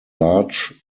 large